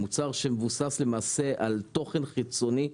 שמבוסס על תוכן חיצוני.